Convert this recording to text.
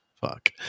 fuck